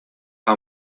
are